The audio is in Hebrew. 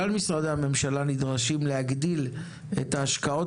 כלל משרדי הממשלה נדרשים להגדיל את ההשקעות